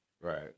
Right